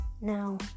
now